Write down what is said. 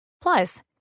plus